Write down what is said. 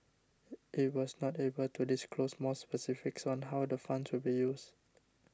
it was not able to disclose more specifics on how the funds will be used